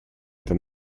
это